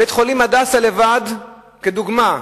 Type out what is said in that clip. בית-חולים "הדסה" לבד, כדוגמה,